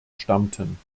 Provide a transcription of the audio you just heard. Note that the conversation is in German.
stammten